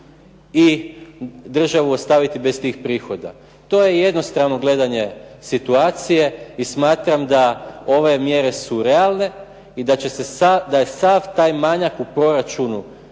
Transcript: i državu ostaviti bez tih prihoda. To je jednostrano gledanje situacije i smatram da ove mjere su realne i da je sav taj manjak u proračunu